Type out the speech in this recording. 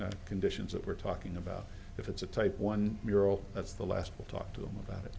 conditions that we're talking about if it's a type one mural that's the last we'll talk to them about it